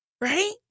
Right